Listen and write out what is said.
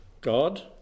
God